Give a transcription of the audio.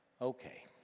okay